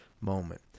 moment